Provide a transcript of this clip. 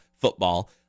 football